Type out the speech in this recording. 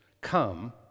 come